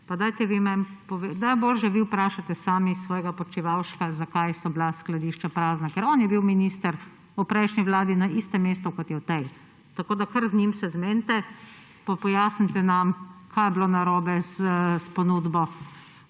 Najboljše, da vi vprašate sami svojega Počivalška, zakaj so bila skladišča prazna, ker on je bil minister v prejšnji vladi na istem mestu, kot je v tej. Tako da kar z njim se zmenite pa pojasnite nam, kaj je bilo narobe s ponudbo